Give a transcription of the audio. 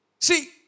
See